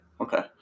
Okay